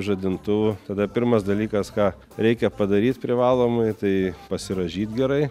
žadintuvų tada pirmas dalykas ką reikia padaryt privalomai tai pasirąžyt gerai